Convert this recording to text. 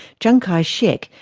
chiang kai-shek,